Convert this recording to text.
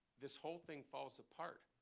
this whole thing falls apart.